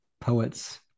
poets